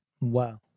Wow